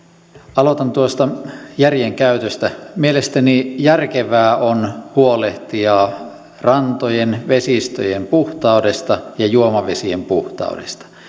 aloitan tuosta järjen käytöstä mielestäni järkevää on huolehtia rantojen ja vesistöjen puhtaudesta ja juomavesien puhtaudesta